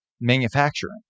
manufacturing